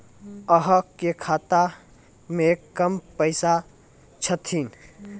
अहाँ के खाता मे कम पैसा छथिन?